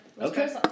Okay